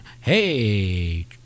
hey